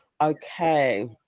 Okay